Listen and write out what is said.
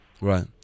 Right